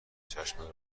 چشم